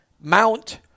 Mount